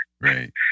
Right